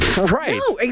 Right